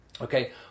okay